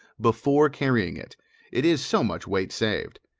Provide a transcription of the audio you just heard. before carrying it it is so much weight saved.